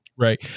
Right